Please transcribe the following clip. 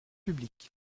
publiques